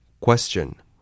Question